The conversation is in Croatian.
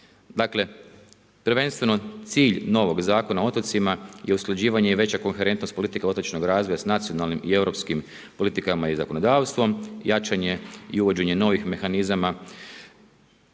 Dakle prvenstveno cilj novog Zakona o otocima je usklađivanje i veća koherentnost politike otočnog razvoja s nacionalnim i europskim politikama i zakonodavstvom, jačanje i uvođenje novih mehanizama